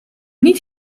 niet